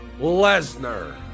Lesnar